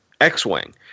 x-wing